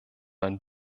ein